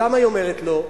למה היא אומרת לו?